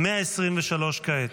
123 כעת.